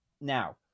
Now